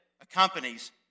accompanies